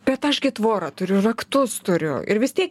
bet aš gi tvorą turiu raktus turiu ir vis tiek